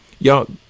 y'all